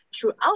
throughout